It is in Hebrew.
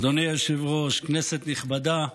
אדוני היושב-ראש, כנסת נכבדה,